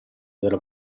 della